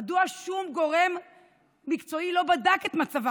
מדוע שום גורם מקצועי לא בדק את מצבה